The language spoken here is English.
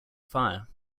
fire